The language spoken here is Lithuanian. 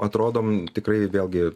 atrodom tikrai vėlgi